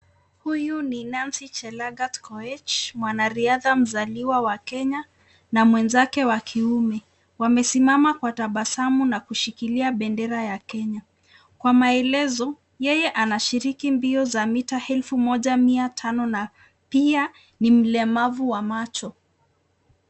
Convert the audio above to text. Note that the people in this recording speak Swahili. Huyu ni Nancy Chelangat Koech, mwanariadha mzaliwa wa Kenya na mwenzake wa kiume. Wamesimama kwa tabasamu na kushikilia bendera ya Kenya, kwa maelezo, yenye anashiriki mbio za mita elfu moja mia tano, pia ni mlemavu wa macho.